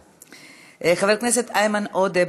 חבר הכנסת איימן עודה,